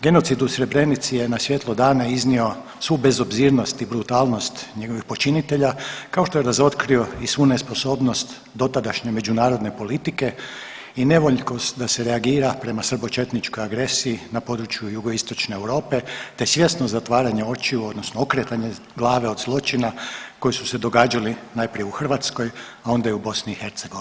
Genocid u Srebrenici je na svjetlo dana iznio svu bezobzirnost i brutalnost njegovih počinitelja, kao što je razotkrio i svu nesposobnost dotadašnje međunarodne politike i nevoljkost da se reagira prema srbočetničkoj agresiji na području jugoistočne Europe te svjesno zatvaranje očiju odnosno okretanju glave od zločina koji su se događali, najprije u Hrvatskoj, a onda i u BiH.